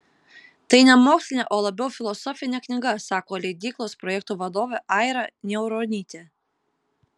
tai ne mokslinė o labiau filosofinė knyga sako leidyklos projektų vadovė aira niauronytė